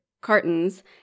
cartons